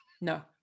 No